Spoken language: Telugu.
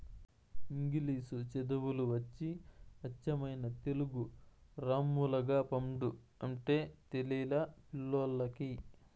ఇంగిలీసు చదువులు వచ్చి అచ్చమైన తెలుగు రామ్ములగపండు అంటే తెలిలా పిల్లోల్లకి